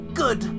good